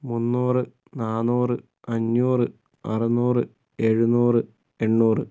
മുന്നൂറ് നാന്നൂറ് അഞ്ഞൂറ് അറുന്നൂറ് എഴുന്നൂറ് എണ്ണൂറ്